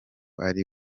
ari